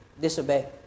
disobey